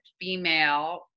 female